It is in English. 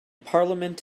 parliament